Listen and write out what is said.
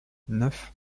neuf